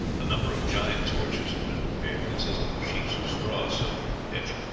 a number of giant torches had been prepared, consisting of sheafs of straw soaked with pitch,